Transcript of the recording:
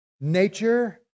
nature